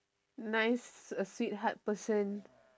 nice a sweet heart person